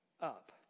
up